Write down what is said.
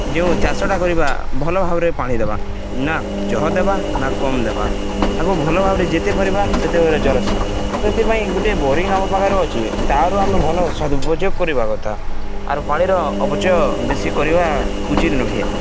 ଯେଉଁ ଚାଷଟା କରିବା ଭଲ ଭାବରେ ପାଣି ଦେବା ନା ଜହ ଦେବା ନା କମ ଦେବା ତାକୁ ଭଲ ଭାବରେ ଯେତେ ପରିବା ସେତେ ସେଥିପାଇଁ ଗୋଟେ ବୋରିଙ୍ଗ ଆମ ପାଖରେ ଅଛି ତାରୁ ଆମେ ଭଲ ସଦୁପଯୋଗ କରିବା କଥା ଆରୁ ପାଣିର ଅପଚୟ ବେଶୀ କରିବା ଉଚିତ ନୁହେଁ